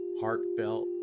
heartfelt